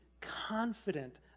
confident